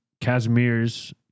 Casimir's